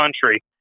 country